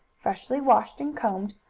freshly washed and combed,